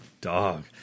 dog